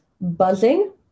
buzzing